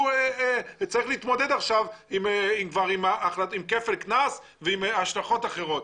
עכשיו צריך להתמודד עם כפל קנס ועם השלכות אחרות.